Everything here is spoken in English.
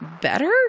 better